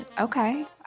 Okay